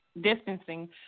distancing